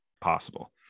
possible